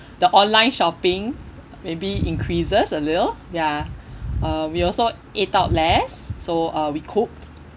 the online shopping maybe increases a little ya um we also ate out less so uh we cooked